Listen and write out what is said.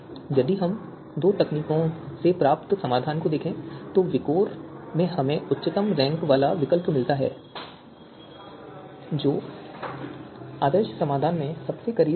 यदि हम इन दो तकनीकों से प्राप्त समाधान को देखें तो विकोर में हमें उच्चतम रैंक वाला विकल्प मिलता है जो आदर्श समाधान के सबसे करीब होता है